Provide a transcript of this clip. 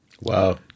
wow